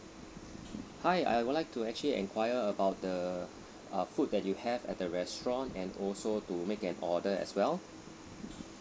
hi I would like to actually enquire about the uh food that you have at the restaurant and also to make an order as well